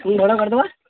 ଭଡ଼ା କରିଦେବା